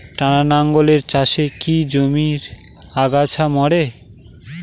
টানা লাঙ্গলের চাষে কি জমির আগাছা মরে?